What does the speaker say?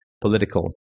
political